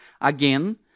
again